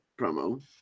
promo